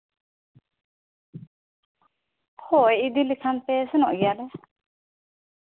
ᱦᱳᱭ ᱤᱫᱤ ᱞᱮᱠᱷᱟᱱ ᱯᱮ ᱥᱮᱱᱚᱜ ᱜᱮᱭᱟ ᱞᱮ